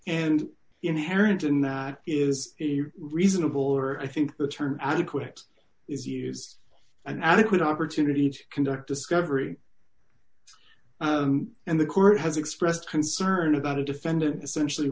and inherent in that is reasonable or i think the term adequate is use an adequate opportunity to conduct discovery and the court has expressed concern about a defendant essentially